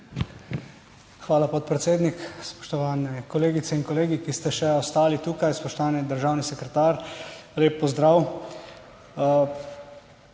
Hvala, podpredsednik. Spoštovane kolegice in kolegi, ki ste še ostali tukaj, spoštovani državni sekretar, lep pozdrav.